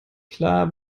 klar